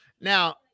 Now